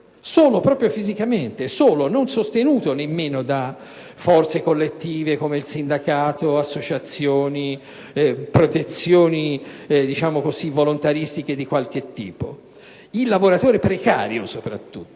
solo proprio fisicamente, non sostenuto nemmeno da forze collettive come il sindacato, o associazioni o protezioni volontaristiche di qualche tipo. Il lavoratore precario in modo